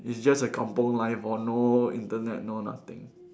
it's just a kampung life lor no Internet no nothing